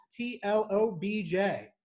TLOBJ